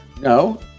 No